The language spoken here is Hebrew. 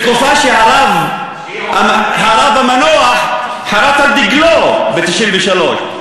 היא עובדתית, הרב המנוח חרת על דגלו, ב-1993,